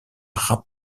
rap